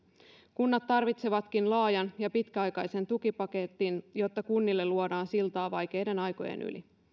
kunnat tarvitsevatkin laajan ja pitkäaikaisen tukipaketin jotta kunnille luodaan siltaa vaikeiden aikojen yli